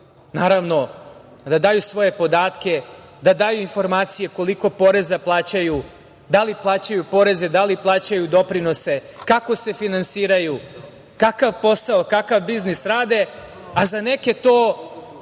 zatraži da daju svoje podatke, da daju informacije koliko poreza plaćaju, da li plaćaju poreze, da li plaćaju doprinose, kako se finansiraju, kakav posao, kakav biznis rade, a za neke to